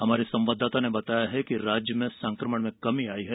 हमारे संवाददाता ने बताया है कि राज्य में संकमण में कमी आयी है